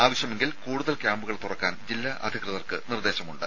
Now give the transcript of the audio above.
ആവശ്യമെങ്കിൽ കൂടുതൽ ക്യാമ്പുകൾ തുറക്കാൻ ജില്ലാ അധികൃതർക്ക് നിർദ്ദേശമുണ്ട്